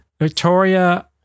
Victoria